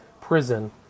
prison